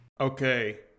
Okay